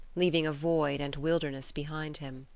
leaving a void and wilderness behind him.